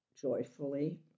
joyfully